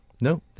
No